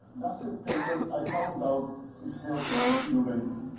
last september i found out his health was deteriorating.